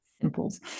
simples